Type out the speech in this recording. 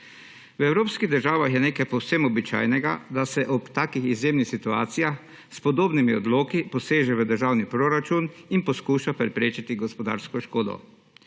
V evropskih državah je nekaj povsem običajnega, da se ob takih izjemnih situacijah s podobnimi odloki poseže v državni proračun in poskuša preprečiti gospodarsko škodo.